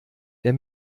der